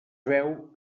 veu